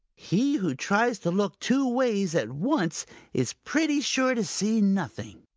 he who tries to look two ways at once is pretty sure to see nothing,